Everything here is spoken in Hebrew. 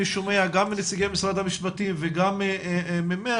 שומע גם מנציגי משרד המשפטים וגם ממך,